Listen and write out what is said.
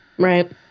right